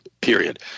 period